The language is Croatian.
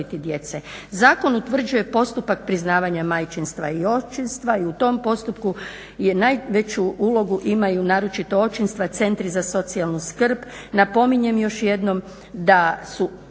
Zakon utvrđuje postupak priznavanja majčinstva i očinstva i u tom postupku je najveću ulogu imaju naročito očinstva, centri za socijalnu skrb.